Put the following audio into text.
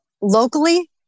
locally